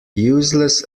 useless